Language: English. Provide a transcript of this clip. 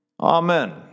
Amen